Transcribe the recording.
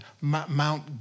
Mount